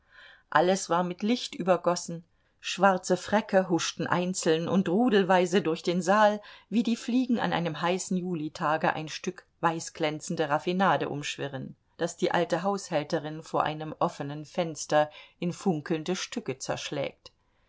alles war mit licht übergossen schwarze fräcke huschten einzeln und rudelweise durch den saal wie die fliegen an einem heißen julitage ein stück weißglänzende raffinade umschwirren das die alte haushälterin vor einem offenen fenster in funkelnde stücke zerschlägt